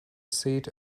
seat